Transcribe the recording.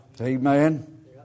Amen